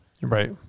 right